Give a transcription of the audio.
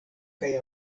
kaj